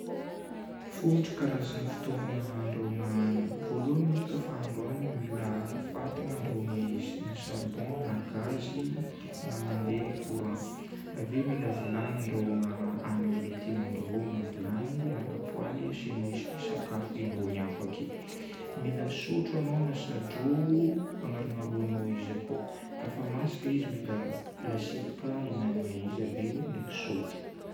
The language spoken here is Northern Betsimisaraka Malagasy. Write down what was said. Fontry karazagna fitaovagna andrahoagna hanigny. Voalohany kafa hahandro hanigny mila fatana andrahoagna izy: charbon na gaz na mandeha courant. Ave mila vilagny handrahoagna hanigny le tianao handrahoagna. Vilagny na lapoaly asiagnao sakafo ambonin'ny afo ake. Mila sotro anao na sadro anaronaroanao izy akao. Kafa masaka izy mila lasety ka ihinanagna izy aveo ndraiky sotro.